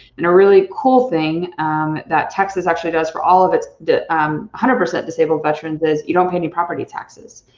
and a really cool thing that texas actually does for all of it's one um hundred percent disabled veterans is you don't pay any property taxes.